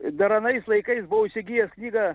dar anais laikais buvau įsigijęs kvygą